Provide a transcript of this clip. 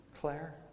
Claire